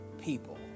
people